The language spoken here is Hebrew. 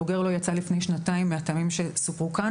הבוגר לא יצא לפני שנתיים מהטעמים שנאמרו כאן